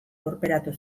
lurperatu